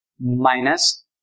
minus